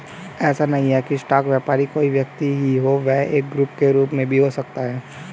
ऐसा नहीं है की स्टॉक व्यापारी कोई व्यक्ति ही हो वह एक ग्रुप के रूप में भी हो सकता है